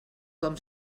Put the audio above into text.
com